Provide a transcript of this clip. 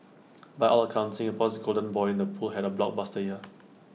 by all accounts Singapore's golden boy in the pool had A blockbuster year